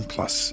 Plus